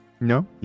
No